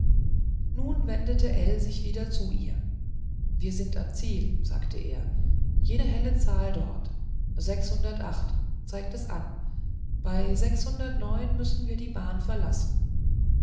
nun wendete sich ell wieder zu ihr wir sind am ziel sagte er jene helle zahl dort sechshundert acht zeigt es an bei sechshundert müssen wir die bahn verlassen